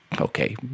Okay